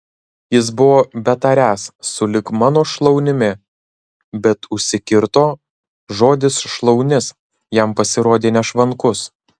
jis buvo betariąs sulig mano šlaunimi bet užsikirto žodis šlaunis jam pasirodė nešvankus